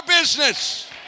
business